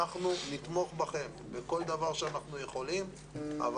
אנחנו נתמוך בכם בכל דבר שאנחנו יכולים אבל